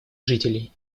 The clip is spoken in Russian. жителей